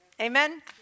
Amen